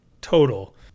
total